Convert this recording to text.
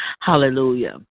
Hallelujah